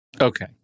Okay